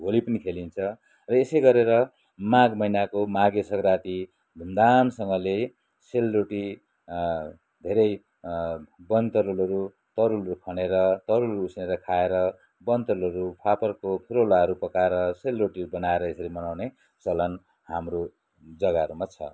होली पनि खेलिन्छ र यसै गरेर माघ महिनाको माघे सङ्क्रान्ति धुमधामसँगले सेलरोटी धेरै वन तरुलहरू तरुलहरू खनेर तरुलहरू उसिनेर खाएर वन तरुलहरू फापरको फुरौलाहरू पकाएर सेलरोटी बनाएर यसरी मनाउने चलन हाम्रो जग्गाहरूमा छ